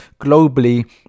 globally